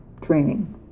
training